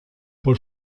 por